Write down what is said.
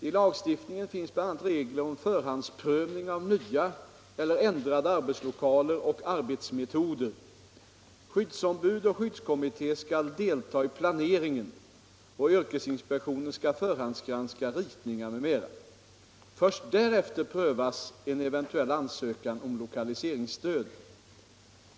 I lagstiftningen finns bl.a. regler om förhandsprövning av nya eller ändrade arbetslokaler och arbetsmetoder. Skyddsombud och skyddskommitté skall delta i planeringen och yrkesinspektionen skall förhandsgranska ritningar m.m. Först därefter prövas en eventuell ansökan om lokaliseringsstöd.